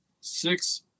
six